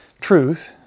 truth